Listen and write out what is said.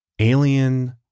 alien